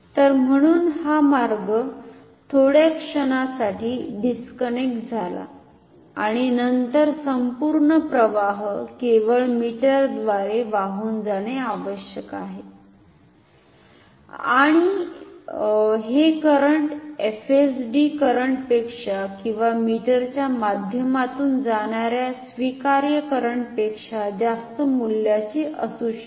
तर म्हणून हा मार्ग थोड्या क्षणासाठी डिस्कनेक्ट झाला आणि नंतर संपूर्ण प्रवाह केवळ मीटरद्वारे वाहून जाणे आवश्यक आहे आणि हे करंट एफएसडी करंटपेक्षा किंवा मीटरच्या माध्यमातून जाणार्या स्विकार्य करंटपेक्षा जास्त मूल्याचे असू शकते